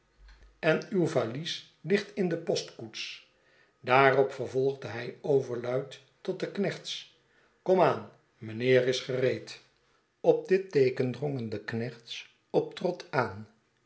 en uw valies boz ligt in de postkoets daarop vervolgde hij overluid tot de knechts kom aan mynheer is gereed op dit teeken drongen de knechts op trott aan